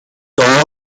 dort